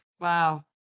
Wow